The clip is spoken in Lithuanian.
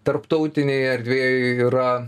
tarptautinėj erdvėj yra